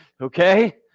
Okay